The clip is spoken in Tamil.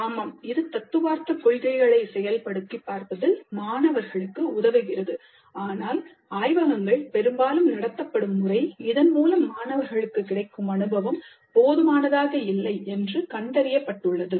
ஆமாம் இது தத்துவார்த்த கொள்கைகளை செயல்படுத்தி பார்ப்பதில் மாணவர்களுக்கு உதவுகிறது ஆனால் ஆய்வகங்கள் பெரும்பாலும் நடத்தப்படும் முறை இதன் மூலம் மாணவர்களுக்கு கிடைக்கும் அனுபவம் போதுமானதாக இல்லை என கண்டறியப்பட்டுள்ளது